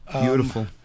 Beautiful